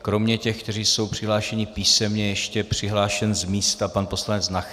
Kromě těch, kteří jsou přihlášeni písemně, je ještě přihlášen z místa pan poslanec Nacher.